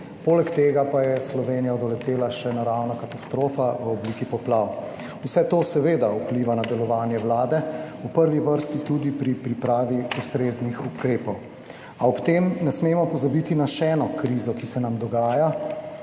poleg tega pa je Slovenijo doletela še naravna katastrofa v obliki poplav. Vse to seveda vpliva na delovanje Vlade, v prvi vrsti tudi pri pripravi ustreznih ukrepov. A ob tem ne smemo pozabiti na še eno krizo, ki se nam dogaja,